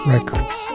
Records